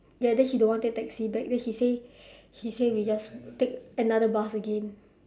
ya then she don't want to take taxi back then she say she say we just take another bus again